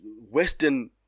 Western